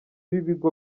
b’ibigo